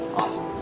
awesome,